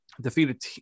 defeated